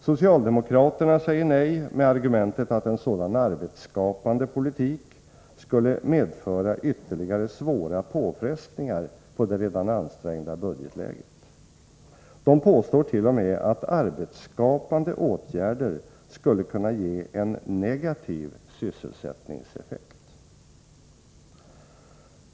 Socialdemokraterna säger nej med argumentet att en sådan arbetsskapande politik skulle ”medföra ytterligare svåra påfrestningar på det redan ansträngda budgetläget”. De påstår t.o.m. att arbetsskapande åtgärder skulle kunna ge en negativ sysselsättningseffekt.